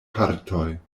partoj